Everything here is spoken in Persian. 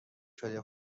شده